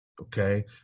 Okay